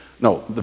no